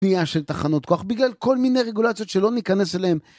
בנייה של תחנות כוח בגלל כל מיני רגולציות שלא ניכנס אליהן